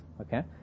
Okay